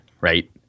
right